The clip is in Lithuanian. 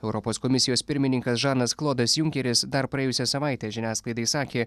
europos komisijos pirmininkas žanas klodas junkeris dar praėjusią savaitę žiniasklaidai sakė